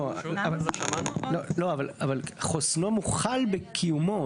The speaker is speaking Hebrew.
לא, אבל חוסנו הוא חל בקיומו.